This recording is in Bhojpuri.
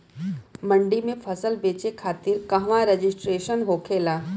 मंडी में फसल बेचे खातिर कहवा रजिस्ट्रेशन होखेला?